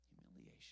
Humiliation